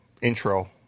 intro